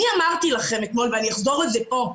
אני אמרתי לכם אתמול ואני אחזור על זה פה.